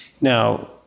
Now